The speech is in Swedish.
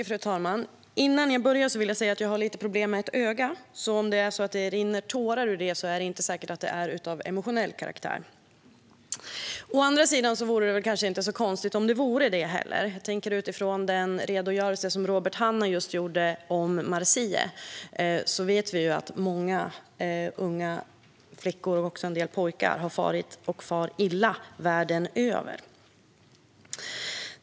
Fru talman! Först vill jag säga att jag har lite problem med ett öga, så om det rinner tårar ur det är det inte säkert att de är av emotionell karaktär. Å andra sidan vore det inte så konstigt om det var så, med tanke på Robert Hannahs berättelse om Marzieh, och vi vet att många fler unga flickor och även pojkar har farit och far illa världen över.